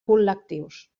col·lectius